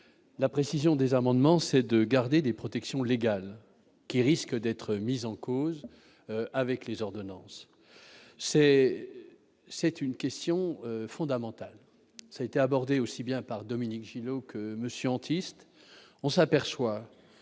la précision des amendements, c'est de garder des protections légales qui risque d'être mise en cause avec les ordonnances, c'est, c'est une question fondamentale : ça a été abordées aussi bien par Dominique Gillot que monsieur